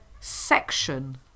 section